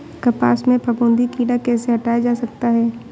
कपास से फफूंदी कीड़ा कैसे हटाया जा सकता है?